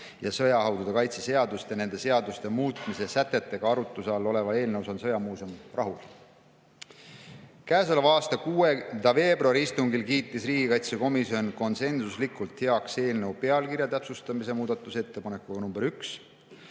ja sõjahaudade kaitse seadust ning nende seaduste muutmise sätetega arutluse all olevas eelnõus on sõjamuuseum rahul. Käesoleva aasta 6. veebruari istungil kiitis riigikaitsekomisjon konsensuslikult heaks eelnõu pealkirja täpsustamise muudatusettepanekuga nr 1,